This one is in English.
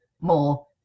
more